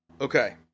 Okay